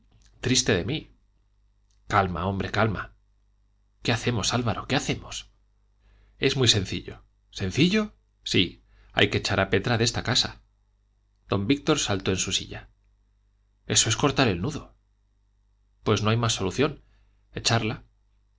triste de mí calma hombre calma qué hacemos álvaro qué hacemos es muy sencillo sencillo sí hay que echar a petra de esta casa don víctor saltó en su silla eso es cortar el nudo pues no hay más solución echarla